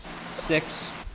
six